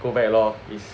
go back lor is